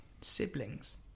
Siblings